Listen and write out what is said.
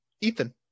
Ethan